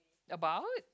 about